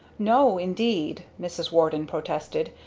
no indeed! mrs. warden protested.